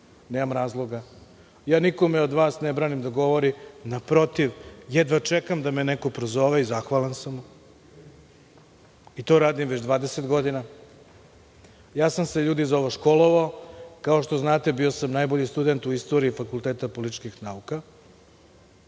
Nemam razloga. Nikome od vas ne branim da govori. Naprotiv, jedva čekam da me neko prozove i zahvalan sam mu i to radim već 20 godina. Ja sam se, ljudi, za ovo školovao. Kao što znate bio sam najbolji student u istoriji Fakulteta političkih nauka.